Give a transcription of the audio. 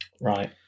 Right